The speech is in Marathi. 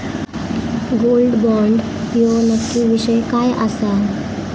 गोल्ड बॉण्ड ह्यो नक्की विषय काय आसा?